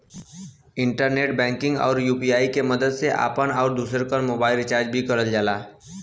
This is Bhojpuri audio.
इंटरनेट बैंकिंग आउर यू.पी.आई के मदद से आपन आउर दूसरे क मोबाइल भी रिचार्ज करल जाला